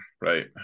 right